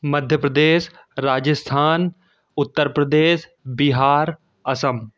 Madhya Pradesh Rajasthan Uttar Pradesh Bihar Assam